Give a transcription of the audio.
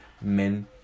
men